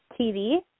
TV